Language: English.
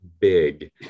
big